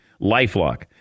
LifeLock